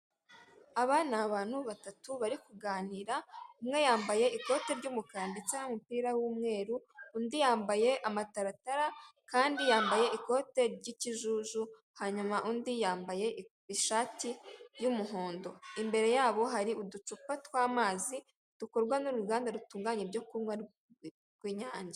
Aba ni abantu batatu bari kuganira umwe yambaye ikote ry'umukara ndetse n'umupira w'umweru, undi yambaye amataratara kandi yambaye ikote ry'ikijuju, hanyuma undi yambaye ishati y'umuhondo. Imbere yabo hari uducupa tw'amazi dukorwa n'uruganda rutunganya ibyo kunywa rw'Inyange.